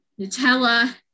Nutella